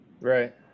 right